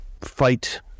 fight